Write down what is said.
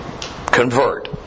convert